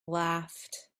laughed